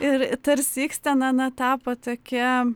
ir tarsi ikstena na tapo tokia